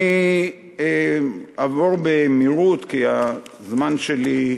אני אעבור במהירות כי הזמן שלי,